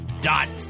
dot